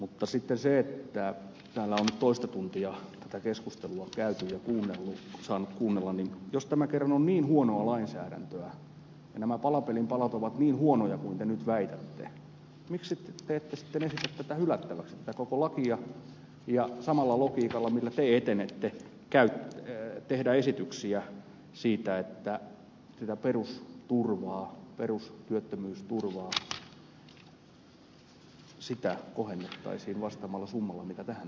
mutta kun täällä on nyt toista tuntia tätä keskustelua käyty ja sitä saanut kuunnella niin jos tämä kerran on niin huonoa lainsäädäntöä ja nämä palapelin palat ovat niin huonoja kuin te nyt väitätte niin miksi te ette sitten esitä tätä koko lakia hylättäväksi ja samalla logiikalla millä te etenette tee esityksiä siitä että sitä perusturvaa perustyöttömyysturvaa kohennettaisiin vastaavalla summalla mitä tähän nyt on menossa